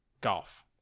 golf